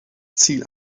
ziel